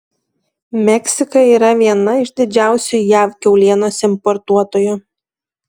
meksika yra viena iš didžiausių jav kiaulienos importuotojų